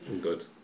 Good